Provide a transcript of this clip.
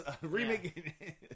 Remake